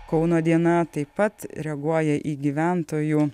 kauno diena taip pat reaguoja į gyventojų